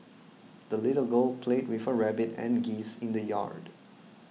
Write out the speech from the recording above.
the little girl played with her rabbit and geese in the yard